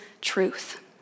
truth